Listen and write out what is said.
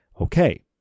Okay